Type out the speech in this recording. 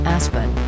Aspen